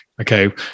Okay